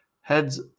heads